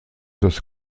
das